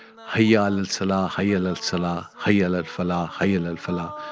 hayya alas-salah. hayya alas-salah. hayya alal-falah. hayya alal-falah.